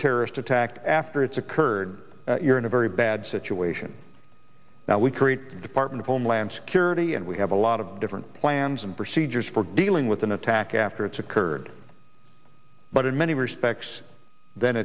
terrorist attack after it's occurred you're in a very bad situation now we create a department of homeland security and we have a lot of different plans and procedures for dealing with an attack after it's occurred but in many respects then